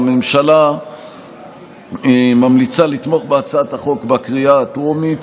הממשלה ממליצה לתמוך בהצעת החוק בקריאה הטרומית.